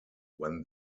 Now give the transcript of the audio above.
when